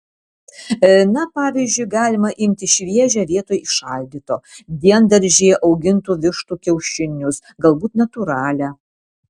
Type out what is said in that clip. na pavyzdžiui galima imti šviežią vietoj šaldyto diendaržyje augintų vištų kiaušinius galbūt natūralią